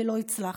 ולא הצלחתי.